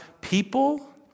people